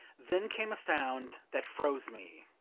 then came a sound that froze me.